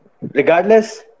regardless